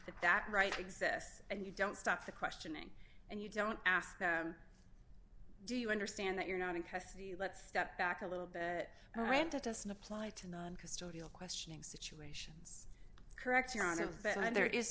that that right exists and you don't stop the questioning and you don't ask them do you understand that you're not in custody let's step back a little bit doesn't apply to non custodial questioning situations correct your hon